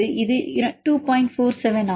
47 ஆகும்